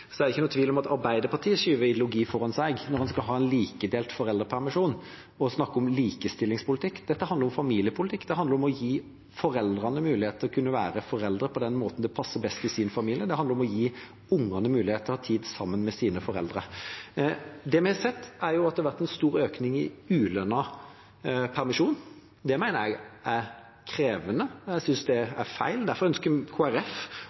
er det ikke noen tvil om at Arbeiderpartiet skyver ideologi foran seg når en skal ha en likedelt foreldrepermisjon og snakker om likestillingspolitikk. Dette handler om familiepolitikk. Det handler om å gi foreldrene mulighet til å kunne være foreldre på den måten som passer best for sin familie. Det handler om å gi ungene mulighet til å ha tid sammen med sine foreldre. Det vi har sett, er at det har vært en stor økning i ulønnet permisjon. Det mener jeg er krevende, og jeg synes det er feil. Derfor ønsker